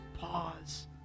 pause